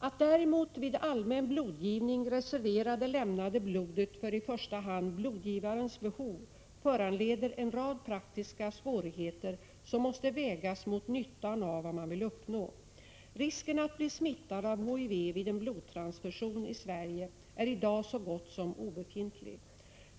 Att däremot vid allmän blodgivning reservera det lämnade blodet för i första hand blodgivarens behov föranleder en rad praktiska svårigheter som måste vägas mot nyttan av vad man vill uppnå. Risken att bli smittad av HTV vid en blodtransfusion i Sverige är i dag så gott som obefintlig.